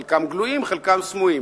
חלקם גלויים וחלקם סמויים.